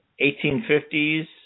1850s